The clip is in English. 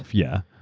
yeah.